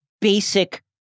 basic